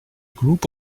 group